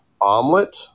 omelet